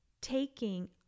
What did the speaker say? taking